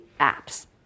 apps